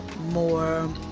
More